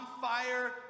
fire